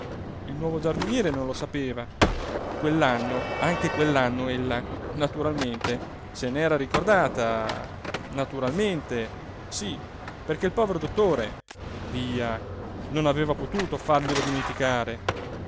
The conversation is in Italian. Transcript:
il nuovo giardiniere non lo sapeva quell'anno anche quell'anno ella naturalmente se n'era ricordata naturalmente sí perché il povero dottore via non aveva potuto farglielo dimenticare